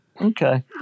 Okay